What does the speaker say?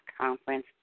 conference